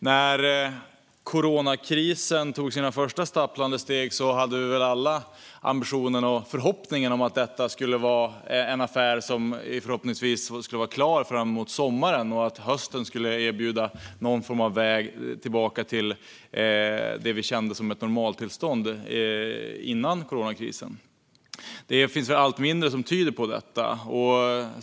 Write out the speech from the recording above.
När coronakrisen tog sina första stapplande steg hade vi väl alla ambitionen och förhoppningen att denna affär skulle vara klar fram emot sommaren och att hösten skulle erbjuda någon form av väg tillbaka till det vi kände som ett normaltillstånd före coronakrisen. Det finns väl allt mindre som tyder på det.